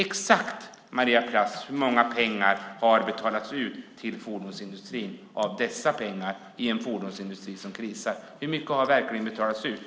Exakt hur mycket av dessa pengar, Maria Plass, har betalats ut till en fordonsindustri som krisar? Hur mycket har verkligen betalats ut?